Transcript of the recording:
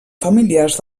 familiars